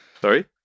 sorry